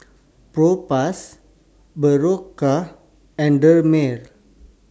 Propass Berocca and Dermale